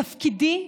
תפקידי,